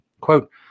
Quote